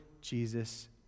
Jesus